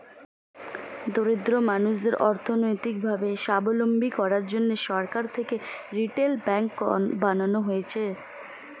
দরিদ্র মানুষদের অর্থনৈতিক ভাবে সাবলম্বী করার জন্যে সরকার থেকে রিটেল ব্যাঙ্ক বানানো হয়েছে